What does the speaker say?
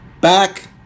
back